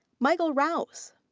michael rouse.